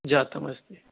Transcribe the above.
जातमस्ति